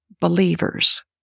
Believers